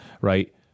Right